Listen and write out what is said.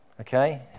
Okay